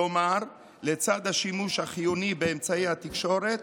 כלומר, לצד השימוש החיוני באמצעי התקשורת,